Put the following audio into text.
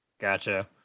Gotcha